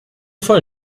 voll